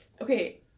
Okay